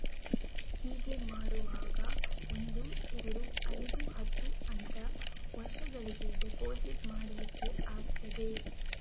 ಹೀಗೆ ಮಾಡುವಾಗ ಒಂದು, ಎರಡು, ಐದು, ಹತ್ತು ಅಂತ ವರ್ಷಗಳಿಗೆ ಡೆಪಾಸಿಟ್ ಮಾಡ್ಲಿಕ್ಕೆ ಆಗ್ತದೆ